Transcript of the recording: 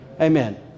Amen